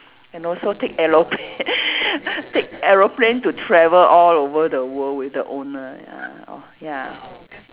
and also take aeroplane take aeroplane to travel all over the world with the owner ya all ya